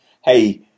Hey